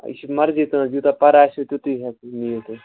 یہِ چھُ مرضی تٕہٕنٛز یوٗتاہ پَرٕ آسہِ تیُتُے ہٮ۪کو نِیِو تُہۍ